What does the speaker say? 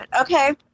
Okay